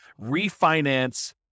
refinance